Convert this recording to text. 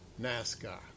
NASCAR